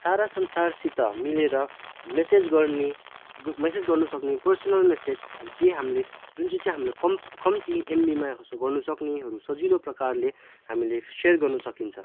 सारा संसारसित मिलेर मेसेज गर्ने मेसेज गर्नु सक्ने पर्सनल मेसेज अब जे हामीले जुन चाहिँ चाहिँ हामीले कम्ती कम्ती एमबीमा गर्नु सक्नेहरू सजिलो प्रकारले हामीले सेयर गर्नु सकिन्छ